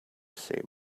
save